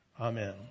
Amen